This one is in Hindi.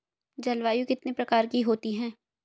जलवायु कितने प्रकार की होती हैं?